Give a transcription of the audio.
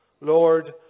lord